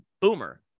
boomer